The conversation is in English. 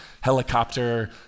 helicopter